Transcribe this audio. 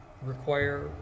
require